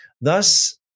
Thus